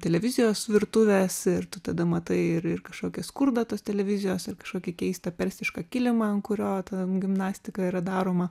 televizijos virtuvės ir tu tada matai ir ir kažkokias skurdą tas televizijos ar kažkokį keistą persišką kilimą ant kurio ten gimnastika yra daroma